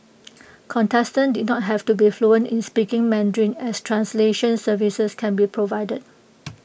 contestants did not have to be fluent in speaking Mandarin as translation services can be provided